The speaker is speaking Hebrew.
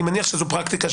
אני מניח שזאת פרקטיקה.